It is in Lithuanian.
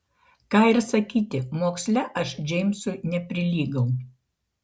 ką ir sakyti moksle aš džeimsui neprilygau